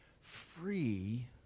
free